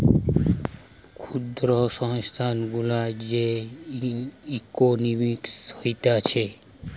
ক্ষুদ্র সংস্থা গুলার যে ইকোনোমিক্স হতিছে